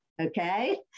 Okay